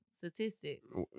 Statistics